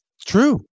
True